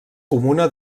comuna